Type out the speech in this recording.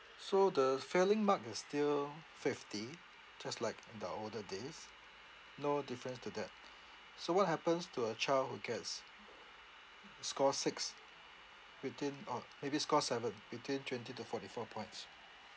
so the failing mark is still fifty just like the older days no difference to that so what happens to a child who gets score six between or maybe score seven between twenty to forty four points